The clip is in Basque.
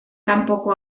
kanpoko